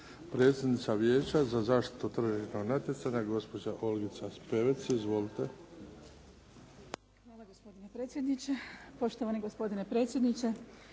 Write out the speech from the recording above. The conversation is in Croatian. Predsjednica Vijeća za zaštitu tržišnog natjecanja gospođa Olgica Spevec. Izvolite. **Spevec, Olgica** Hvala gospodine predsjedniče. Poštovani gospodine predsjedniče,